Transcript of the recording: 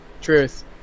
Truth